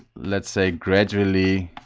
let's say gradually